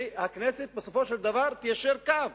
והכנסת בסופו של דבר תיישר קו,